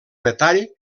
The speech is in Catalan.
metall